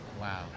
Wow